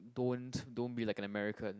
don't don't be like an American